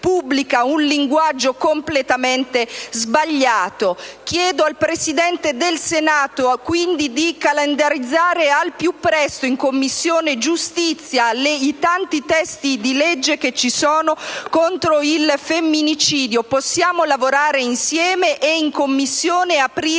un linguaggio completamente sbagliato. Chiedo al Presidente del Senato, quindi, di calendarizzare al più presto, in Commissione giustizia, i tanti testi di legge presentati contro il femminicidio. Possiamo lavorare insieme e in Commissione avviare